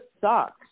sucks